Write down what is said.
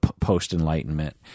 post-Enlightenment